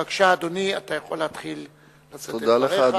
בבקשה, אדוני, אתה יכול להתחיל לשאת את דבריך.